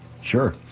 Sure